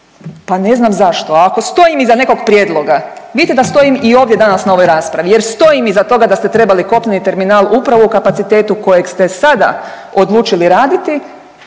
Pa ne znam zašto. Ako stojim iza nekog prijedloga, vidite da stojim i ovdje danas na ovoj raspravi jer stojim iza toga da ste trebali kopneni terminal upravo u kapacitetu kojeg ste sada odlučili raditi